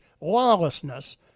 lawlessness